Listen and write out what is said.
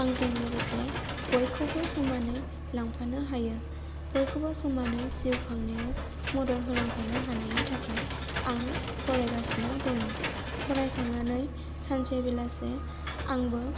आंजों लोगोसे बयखौबो समानै लांफानो हायो बयखौबो समानै जिउ खांनायाव मदद होलांफानो हानायनि थाखाय आं फरायगासिनो दङ फरायखांनानै सानसे बेलासे आंबो